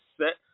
Set